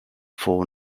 for